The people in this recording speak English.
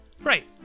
Right